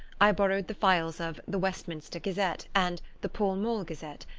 i borrowed the files of the westminster gazette and the pall mall gazette,